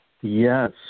Yes